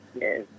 yes